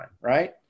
right